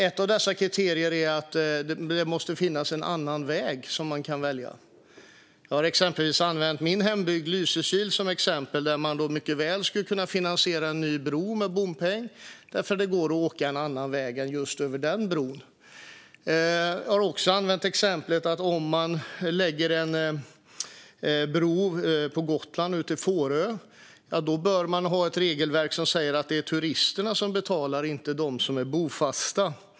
Ett av dessa kriterier är att det måste finnas en annan väg som man kan välja. Jag har exempelvis använt min hembygd Lysekil som exempel. Där skulle man mycket väl kunna finansiera en ny bro med bompeng, för det går att åka en annan väg än just över den bron. Ett annat exempel jag har använt är om man skulle bygga en bro på Gotland, ut till Fårö. Då bör man ha ett regelverk som säger att det är turisterna som betalar, inte de bofasta.